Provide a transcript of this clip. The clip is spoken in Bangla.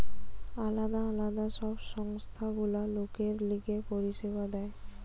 আলদা আলদা সব সংস্থা গুলা লোকের লিগে পরিষেবা দেয়